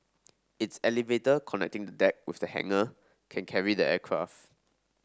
its elevator connecting the deck with the hangar can carry the aircraft